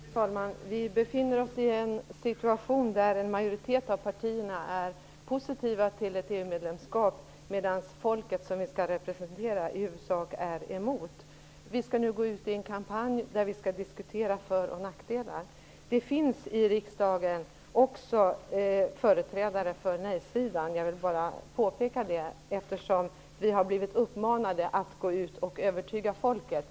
Fru talman! Vi befinner oss i en situation där en majoritet av partierna är positiva till ett EU medlemskap medan folket, som vi ju skall representera, i huvudsak är emot. Vi skall nu gå ut i en kampanj där vi skall diskutera för och nackdelar. Men det finns också i riksdagen företrädare för nej-sidan. Jag vill påpeka det, eftersom vi har blivit uppmanade att gå ut och övertyga folket.